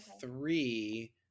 Three